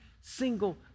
single